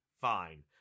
fine